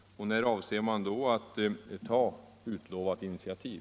När avser man att ta utlovat initiativ?